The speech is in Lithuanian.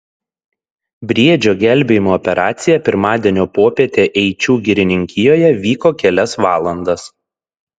briedžio gelbėjimo operacija pirmadienio popietę eičių girininkijoje vyko kelias valandas